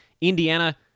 Indiana